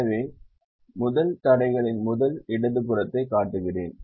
எனவே முதல் தடைகளின் முதல் இடது புறத்தைக் காட்டுகிறேன்